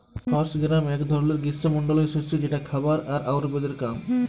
horse gram এক ধরলের গ্রীস্মমন্ডলীয় শস্য যেটা খাবার আর আয়ুর্বেদের কাম